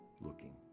looking